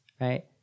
right